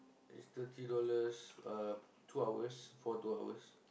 is thirty dollars uh two hours for two hours